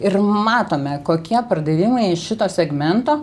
ir matome kokie pardavimai iš šito segmento